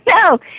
No